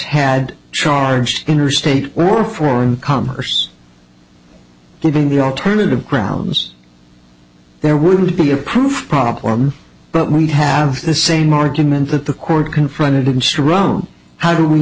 had charged interstate or foreign commerce leaving the alternative grounds there would be a proof problem but we have the same argument that the court confronted and sharon how do we